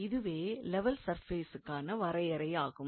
இதுவே லெவல் சர்ஃபேசுக்கான வரையறையாகும்